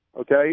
Okay